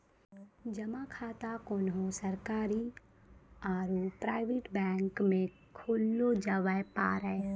जमा खाता कोन्हो सरकारी आरू प्राइवेट बैंक मे खोल्लो जावै पारै